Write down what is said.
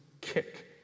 kick